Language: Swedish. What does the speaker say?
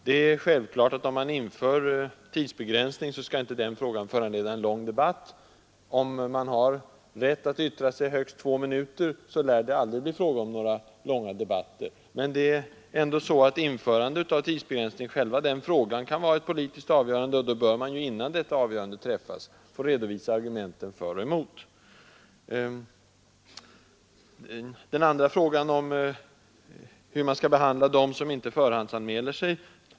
Om man skall införa tidsbegränsning är det självklart att det ställningstagandet inte bör föranleda en lång debatt — om man har rätt att yttra sig i två minuter, lär det heller aldrig blir fråga om några långa debatter. Men själva frågan om införande av tidsbegränsning kan vara ett viktigt politiskt avgörande, och därför bör man, innan detta avgörande träffas, ha möjlighet att redovisa argumenten för och emot. Den andra reservationen gäller hur man skall behandla de talare som inte förhandsanmält sig.